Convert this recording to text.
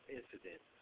incident